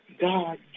God